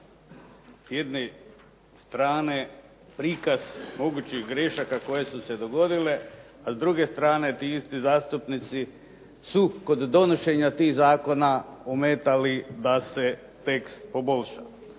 s jedne strane prikaz mogućih grešaka koje su se dogodile, a s druge strane, ti isti zastupnici su kod donošenja tih zakona ometali da se tekst poboljša.